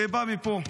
זה בא מפה,